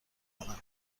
کنم